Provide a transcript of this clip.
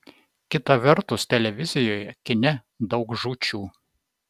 kita vertus televizijoje kine daug žūčių